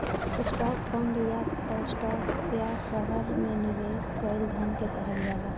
stock fund या त stock या शहर में निवेश कईल धन के कहल जाला